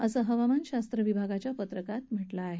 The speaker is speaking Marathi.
असं हवामान शास्त्र विभागाच्या पत्रकात म्हटलं आहे